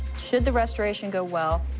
should the restoration go well,